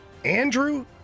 Andrew